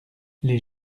les